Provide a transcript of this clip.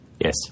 Yes